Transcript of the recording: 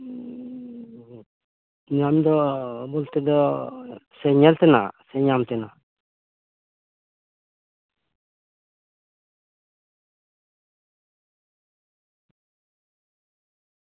ᱧᱟᱢ ᱫᱚ ᱵᱚᱞᱛᱮ ᱫᱚ ᱥᱮ ᱧᱮᱞ ᱛᱮᱱᱟᱜ ᱥᱮ ᱧᱟᱢ ᱛᱮᱱᱟᱜ